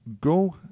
Go